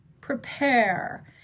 prepare